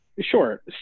Sure